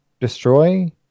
destroy